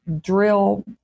drill